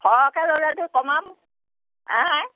সৰহকৈ ল'লেতো কমাম আহা